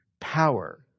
power